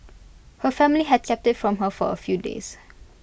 her family had kept IT from her for A few days